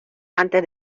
antes